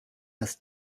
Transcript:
das